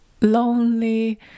lonely